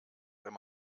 wenn